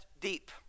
deep